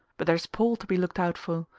but there's paul to be looked out for,